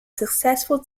successful